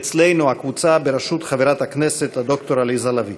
אצלנו הקבוצה היא בראשות חברת הכנסת ד"ר עליזה לביא.